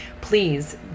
Please